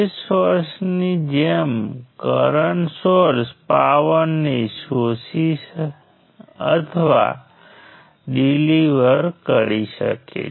અને દરેક B બ્રાન્ચીઝમાં 2B વેરિયેબલ B કરંટો અને B વોલ્ટેજ શું છે